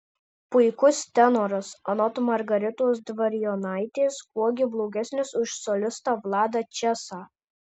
puikus tenoras anot margaritos dvarionaitės kuo gi blogesnis už solistą vladą česą